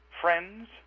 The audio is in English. friends